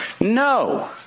No